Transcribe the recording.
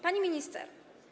Pani Minister!